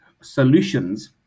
solutions